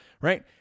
right